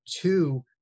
two